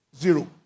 Zero